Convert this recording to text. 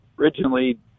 originally